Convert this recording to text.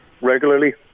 regularly